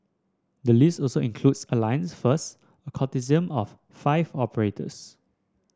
the list also includes Alliance First a consortium of five operators